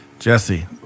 Jesse